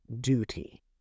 Duty